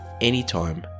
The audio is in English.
anytime